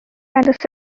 loyalists